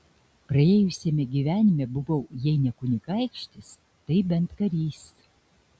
praėjusiame gyvenime buvau jei ne kunigaikštis tai bent karys